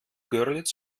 görlitz